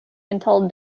until